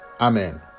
amen